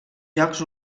jocs